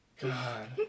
God